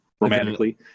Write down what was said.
romantically